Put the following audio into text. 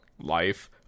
Life